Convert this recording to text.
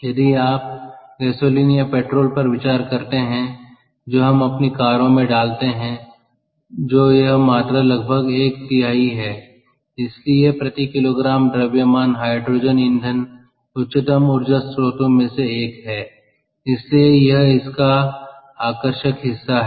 यदि आप गैसोलीन या पेट्रोल पर विचार करते हैं जो हम अपनी कारों में डालते हैं जो यह मात्रा लगभग एक तिहाई है इसलिए प्रति किलोग्राम द्रव्यमान हाइड्रोजन ईंधन उच्चतम ऊर्जा स्रोतों में से एक है इसलिए यह इसका आकर्षक हिस्सा है